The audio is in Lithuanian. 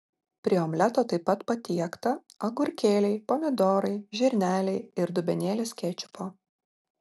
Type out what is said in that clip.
prie omleto taip pat patiekta agurkėliai pomidorai žirneliai ir dubenėlis kečupo